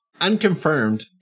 Unconfirmed